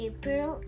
April